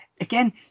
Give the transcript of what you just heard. Again